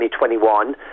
2021